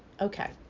Okay